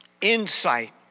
insight